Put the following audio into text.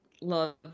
love